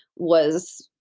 was.